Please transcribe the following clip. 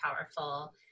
powerful